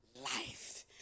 life